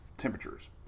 temperatures